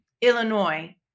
Illinois